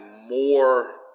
more